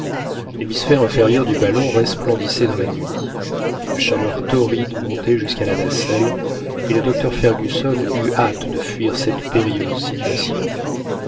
l'hémisphère inférieur du ballon resplendissait dans la nuit une chaleur torride montait jusqu'à la nacelle et le docteur fergusson eut hâte de fuir cette périlleuse situation